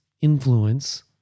influence